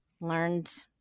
learned